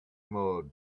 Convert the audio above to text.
mode